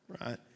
right